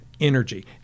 energy